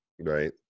Right